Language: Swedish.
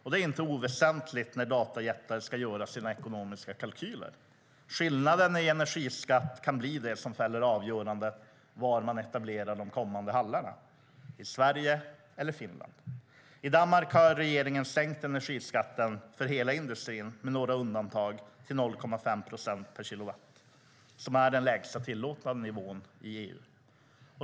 Det är inte oväsentligt när datajättar ska göra sina ekonomiska kalkyler. Skillnaden i energiskatt kan bli det som fäller avgörandet var man etablerar de kommande hallarna, i Sverige eller i Finland. I Danmark har regeringen sänkt energiskatten för hela industrin med några undantag till 0,5 öre per kilowattimme, som är den lägsta tillåtna nivån i EU.